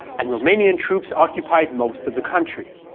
and romanian troops occupied most of the country.